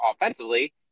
offensively